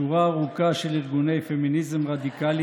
שורה ארוכה של ארגוני פמיניזם רדיקלי